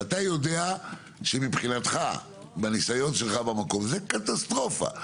ואתה יודע שמבחינתך, מהניסיון שלך, זו קטסטרופה.